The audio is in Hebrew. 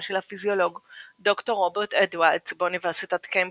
של הפיזיולוג ד"ר רוברט אדוארדס באוניברסיטת קיימברידג'.